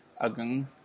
agung